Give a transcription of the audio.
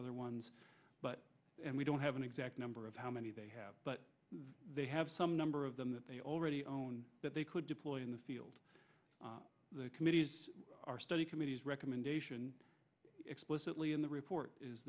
other ones but we don't have an exact number of how many they have but they have some number of them that they already own that they could deploy in the field the committee our study committees recommendation explicitly in the report is